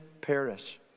perish